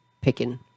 picking